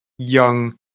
young